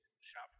shop